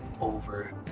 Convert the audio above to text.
over